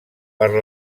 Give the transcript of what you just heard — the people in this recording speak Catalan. per